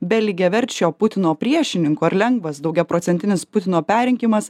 be lygiaverčio putino priešininko ar lengvas daugiaprocentinis putino perrinkimas